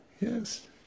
yes